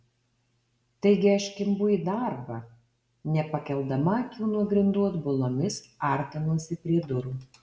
taigi aš kimbu į darbą nepakeldama akių nuo grindų atbulomis artinuosi prie durų